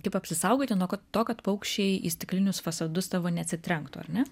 kaip apsisaugoti nuo to kad paukščiai į stiklinius fasadus tavo neatsitrenktų ar ne